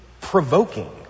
provoking